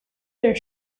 their